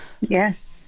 Yes